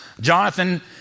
Jonathan